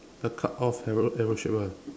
a cut off arrow arrow shape ah